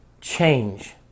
change